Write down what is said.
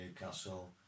Newcastle